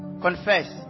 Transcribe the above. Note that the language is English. Confess